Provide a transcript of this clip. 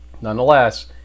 nonetheless